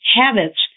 habits